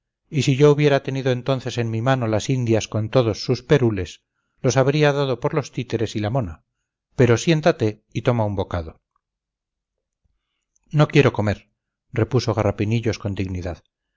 y si yo hubiera tenido entonces en mi mano las indias con todos susperules los habría dado por los títeres y la mona pero siéntate y toma un bocado no quiero comer repuso garrapinillos con dignidad